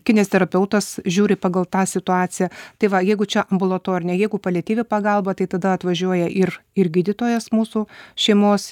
kineziterapeutas žiūri pagal tą situaciją tai va jeigu čia ambulatorinė jeigu paliatyvi pagalba tai tada atvažiuoja ir ir gydytojas mūsų šeimos